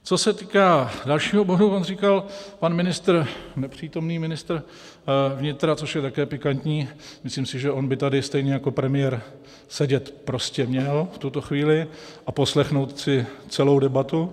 Co se týká dalšího bodu, říkal nepřítomný ministr vnitra což je také pikantní, myslím si, že on by tady stejně jako premiér sedět prostě měl v tuto chvíli a poslechnout si celou debatu.